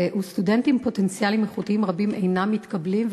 וסטודנטים פוטנציאליים איכותיים רבים אינם מתקבלים,